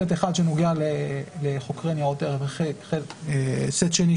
סט אחד שמיועד לחוקרי ניירות ערך וסט שני,